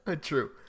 True